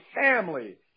family